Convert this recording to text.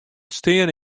steane